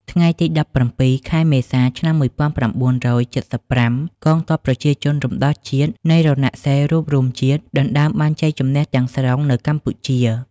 ថ្ងៃទី១៧ ខែមេសា ឆ្នាំ១៩៧៥ កងទ័ពប្រជាជនរំដោះជាតិនៃរណសិរ្សរួបរួមជាតិ ដណ្តើមបានជ័យទាំងស្រុងនៅកម្ពុជា។